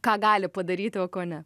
ką gali padaryti o ko ne